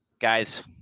Guys